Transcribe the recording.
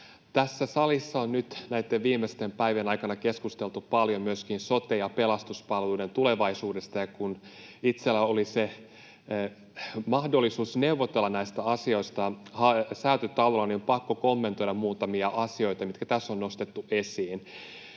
Tässä salissa on nyt näitten viimeisten päivien aikana keskusteltu paljon myöskin sote- ja pelastuspalveluiden tulevaisuudesta, ja kun itselläni oli mahdollisuus neuvotella näistä asioista Säätytalolla, niin on pakko kommentoida muutamia asioita, mitkä tässä on nostettu esiin.